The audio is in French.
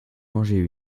mangé